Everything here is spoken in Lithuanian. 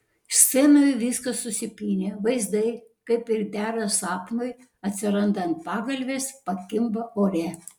scenoje viskas susipynę vaizdai kaip ir dera sapnui atsiranda ant pagalvės pakimba ore